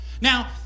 Now